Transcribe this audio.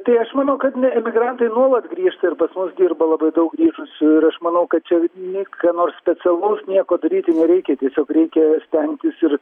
tai aš manau kad ne emigrantai nuolat grįžta ir pas mus dirba labai daug grįžusių ir aš manau kad čia nei ką nors specialaus nieko daryti nereikia tiesiog reikia stengtis ir